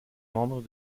membre